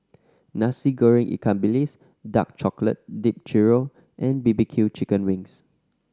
Nasi Goreng ikan bilis dark chocolate dipped churro and B B Q chicken wings